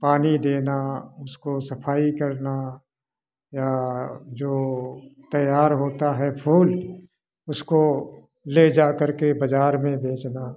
पानी देना उसको सफाई करना या जाे तैयार होता है फूल उसको ले जाकर के बाजार में बेचना